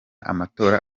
amatora